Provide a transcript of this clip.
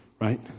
right